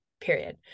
period